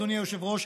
אדוני היושב-ראש,